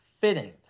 fitting